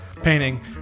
Painting